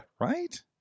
Right